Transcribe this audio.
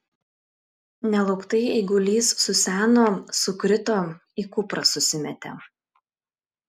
nelauktai eigulys suseno sukrito į kuprą susimetė